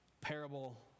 parable